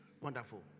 wonderful